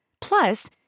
Plus